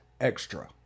Extra